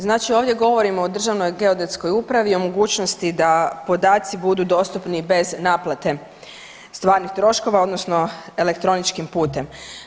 Znači ovdje govorimo o Državnoj geodetskoj upravi i mogućnosti da podaci budu dostupni bez naplate stvarnih troškova odnosno elektroničkim putem.